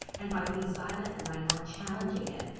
and by being silent and by not challenging it,